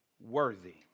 worthy